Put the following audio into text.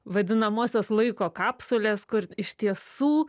vadinamosios laiko kapsulės kur iš tiesų